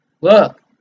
Look